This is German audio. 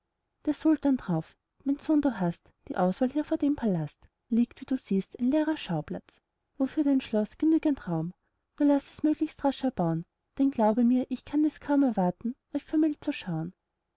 der sultan drauf mein sohn du hast die auswahl hier vor dem palast liegt wie du siehst ein leerer schauplatz wo für dein schloß genügend raum nur laß es möglichst rasch erbauen denn glaube mir ich kann es kaum erwarten euch vermählt zu schauen